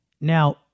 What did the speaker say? Now